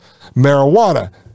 marijuana